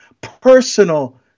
Personal